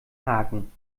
haken